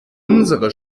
unsere